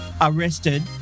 arrested